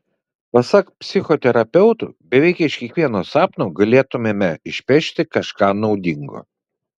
pasak psichoterapeutų beveik iš kiekvieno sapno galėtumėme išpešti kažką naudingo